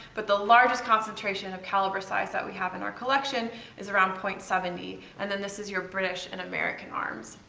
but the largest concentration of caliber size that we have in our collection is around point seven zero, and then this is your british and american arms.